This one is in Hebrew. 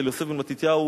יוסף בן מתתיהו,